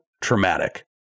traumatic